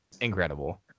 incredible